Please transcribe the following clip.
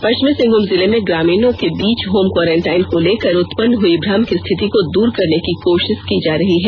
पश्चिमी सिंहभूम जिले में ग्रामीणों के बीच होम क्वॉरेंटाइन को लेकर उत्पन्न हई भ्रम की स्थिति को दूर करने की कोशिश की जा रही है